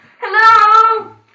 Hello